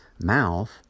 mouth